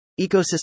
Ecosystem